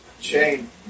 chain